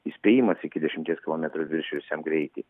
įspėjimas iki dešimties kilometrų viršijusiam greitį